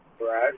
Right